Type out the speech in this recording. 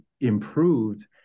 improved